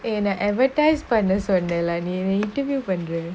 and uh advertise பன்ன சொன்ன:panna sonna lah நீ என்ன:nee enna interview பன்ர:panra